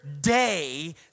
day